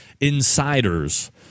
insiders